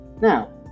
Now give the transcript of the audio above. Now